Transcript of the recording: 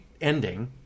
ending